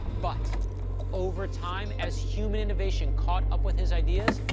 but over time, as human innovation caught up with his ideas,